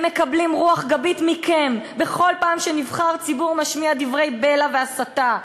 הם מקבלים רוח גבית מכם בכל פעם שנבחר ציבור משמיע דברי בלע והסתה,